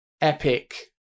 Epic